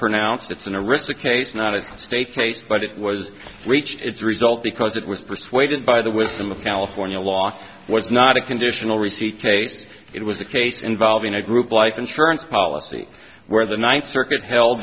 pronounced it's in a risk the case not a state case but it was reached its result because it was persuaded by the wisdom of california law was not a conditional receipt case it was a case involving a group life insurance policy where the ninth circuit held